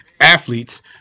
athletes